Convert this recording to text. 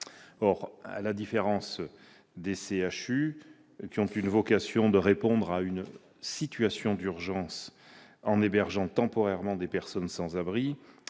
À la différence des CHU, dont la vocation est de répondre à une situation d'urgence en hébergeant temporairement des personnes sans-abri,